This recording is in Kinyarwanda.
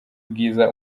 bwiza